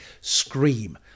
scream